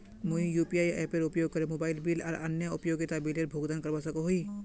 मुई यू.पी.आई एपेर उपयोग करे मोबाइल बिल आर अन्य उपयोगिता बिलेर भुगतान करवा सको ही